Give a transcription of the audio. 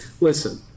Listen